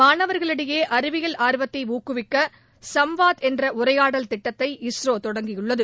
மாணவர்களிடையே அறிவியல் ஆர்வத்தை ஊக்குவிக்க சம்வாத் என்ற உரையாடல் திட்டத்தை இஸ்ரோ தொடங்கியுள்ளது